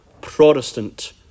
Protestant